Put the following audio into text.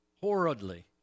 horridly